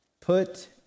put